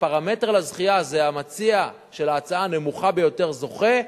והפרמטר לזכייה זה המציע של ההצעה הנמוכה ביותר זוכה,